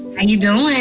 and you doin'?